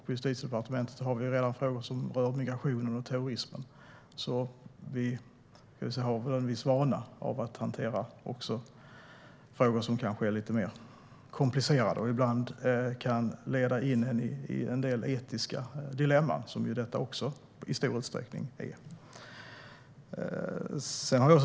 På Justitiedepartementet har vi redan frågor som rör migrationen och terrorismen, så vi har en viss vana att hantera frågor som är lite mer komplicerade och ibland kan leda in en i en del etiska dilemman, som ju också denna fråga i stor utsträckning är.